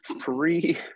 Free